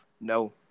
No